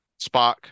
Spock